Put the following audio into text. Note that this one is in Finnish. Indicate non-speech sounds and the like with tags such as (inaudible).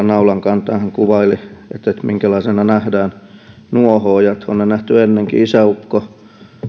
(unintelligible) naulan kantaan kun hän kuvaili minkälaisena nähdään nuohoojat on ne nähty ennenkin isäukko